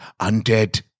undead